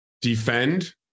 defend